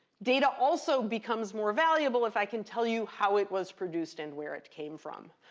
data also becomes more valuable if i can tell you how it was produced and where it came from.